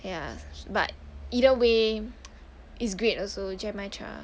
ya but either way it's great also genmaicha